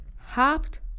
hopped